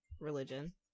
religion